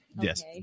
yes